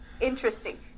Interesting